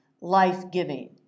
life-giving